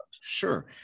Sure